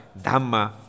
dhamma